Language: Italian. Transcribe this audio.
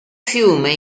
fiume